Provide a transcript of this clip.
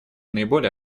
наиболее